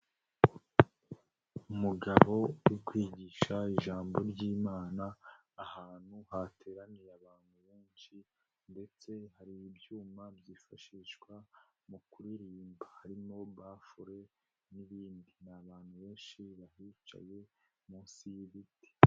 Umugabo uri kwigisha ijambo ry'Imana ahantu hateraniye abantu benshi, ndetse hari ibyuma byifashishwa mu kuririmba, harimo bafure n'ibindi, ni abantu benshi bahicaye munsi y'ibiti.